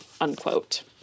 Unquote